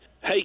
Hey